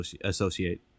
associate